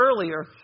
earlier